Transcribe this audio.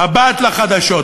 "מבט לחדשות",